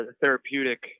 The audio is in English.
therapeutic